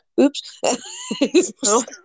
oops